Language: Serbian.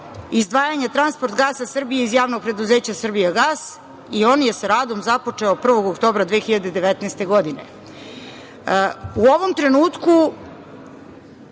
izdvajanje „Transportgasa Srbije“ iz Javnog preduzeća „Srbijagas“ i on je sa radom započeo 1. oktobra 2019. godine.U ovom trenutku